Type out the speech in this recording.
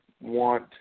want